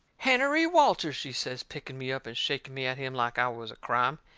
hennerey walters, she says picking me up, and shaking me at him like i was a crime,